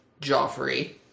Joffrey